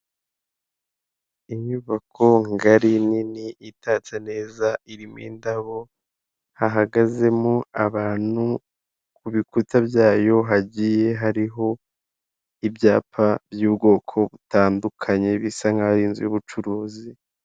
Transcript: Inyubako ngari nini itatse neza irimo indabo, hahagazemo abantu ku bikuta byayo hagiye hariho ibyapa by'ubwoko butandukanye bisa nk'aho inzu y'ubucuruzi.